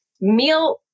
meal